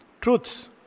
truths